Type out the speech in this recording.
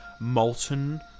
molten